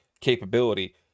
capability